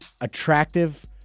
attractive